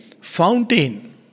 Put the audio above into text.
fountain